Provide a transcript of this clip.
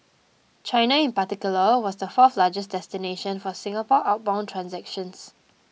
China in particular was the fourth largest destination for Singapore outbound transactions